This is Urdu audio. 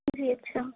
جی اچھا